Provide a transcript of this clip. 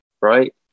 right